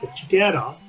Together